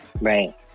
right